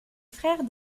frères